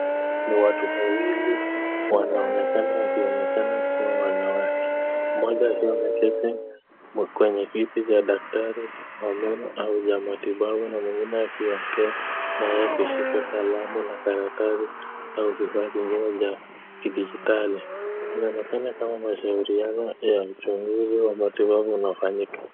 Ni watu wawili, wanaonekana wakiwa wanawake. Mmoja akiwa ameketi kwenye kiti cha daktari wa meno au ya matibabu na mwingine akiwa naye pia ashika kalamu na karatasi au kifaa kingine cha kidijitali. Inaonekana kama mashauriano ya uchunguzi wa matibabu unafanyika.